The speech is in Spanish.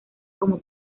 como